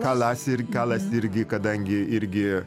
kalas ir kalas irgi kadangi irgi